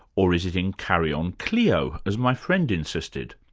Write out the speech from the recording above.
or is it in carry on cleo. as my friend insisted?